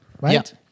right